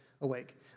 awake